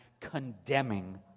condemning